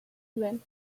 then